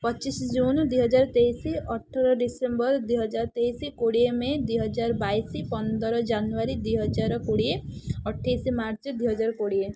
ପଚିଶ ଜୁନ୍ ଦୁଇହଜାର ତେଇଶ ଅଠର ଡିସେମ୍ବର ଦୁଇହଜାର ତେଇଶ କୋଡ଼ିଏ ମେ' ଦୁଇହଜାର ବାଇଶ ପନ୍ଦର ଜାନୁଆରୀ ଦୁଇହଜାର କୋଡ଼ିଏ ଅଠେଇଶ ମାର୍ଚ୍ଚ ଦୁଇହଜାର କୋଡ଼ିଏ